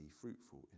fruitful